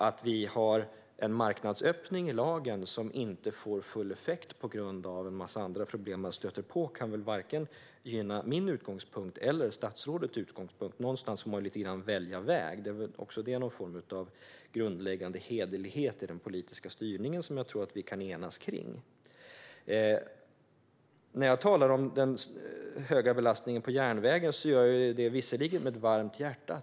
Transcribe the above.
Att en marknadsöppning i lagen inte får full effekt på grund av en massa andra problem kan inte gynna vare sig min eller statsrådets utgångspunkt. Någonstans får man välja väg. Även det är någon form av grundläggande hederlighet i den politiska styrningen som jag tror att vi kan enas om. När jag talar om den höga belastningen på järnvägen gör jag visserligen det med ett varmt hjärta.